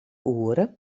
oere